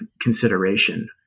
consideration